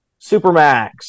Supermax